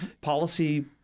policy